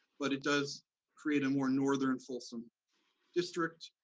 but it does create a more northern folsom district,